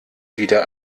wieder